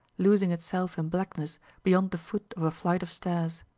losing itself in blackness beyond the foot of a flight of stairs.